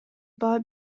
баа